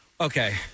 okay